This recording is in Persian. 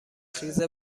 خیز